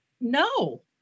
No